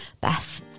Beth